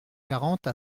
quarante